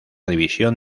división